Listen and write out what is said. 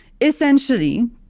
essentially